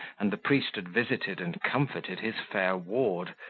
and the priest had visited and comforted his fair ward,